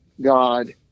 God